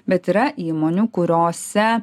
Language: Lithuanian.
bet yra įmonių kuriose